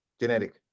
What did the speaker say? Genetic